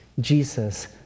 Jesus